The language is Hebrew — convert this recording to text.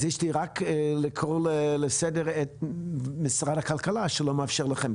אז יש לי רק לקרוא לסדר את משרד הכלכלה שלא מאפשר לכם.